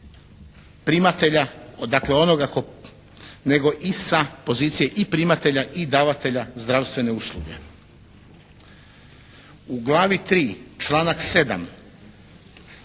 primatelja, dakle onoga, nego i sa pozicije i primatelja i davatelja zdravstvene usluge. U Glavi III. članak 7.